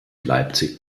leipzig